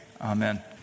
amen